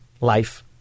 life